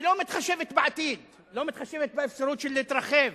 שלא מתחשבת בעתיד, לא מתחשבת באפשרות להתרחב.